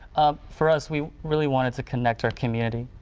ah for us, we really wanted to connect our community.